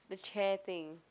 the chair thing